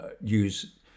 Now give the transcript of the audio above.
use